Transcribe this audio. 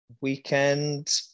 weekend